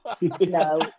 No